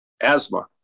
asthma